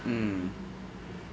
mm